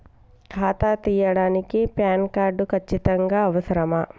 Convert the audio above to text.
ఖాతా తీయడానికి PAN card ఖచ్చితంగా అవసరమా?